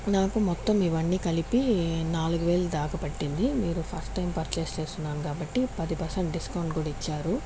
నాకు మొత్తం ఇవన్నీ కలిపి నాలుగు వేలు దాకా పెట్టింది మీరు ఫస్ట్ టైం పర్చేస్ చేస్తున్నాను కాబట్టి పది పర్సెంట్ డిస్కౌంట్ కూడా ఇచ్చారు